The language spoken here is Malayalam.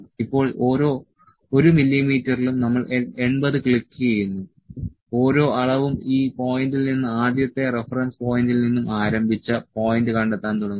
ഇപ്പോൾ ഓരോ 1 മില്ലീമീറ്ററിലും നമ്മൾ80 ക്ലിക്കുചെയ്യുന്നു ഓരോ അളവും ഈ പോയിന്റിൽ നിന്ന് ആദ്യത്തെ റഫറൻസ് പോയിന്റിൽ നിന്നും ആരംഭിച്ച പോയിന്റ് കണ്ടെത്താൻ തുടങ്ങുന്നു